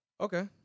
Okay